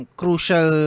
crucial